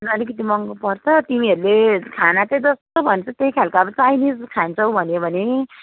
र अलिकति महँगो पर्छ तिमीहरूले खाना त जस्तो भन्छौ त्यही खालको अब चाइनिज खान्छौ भन्यो भने पनि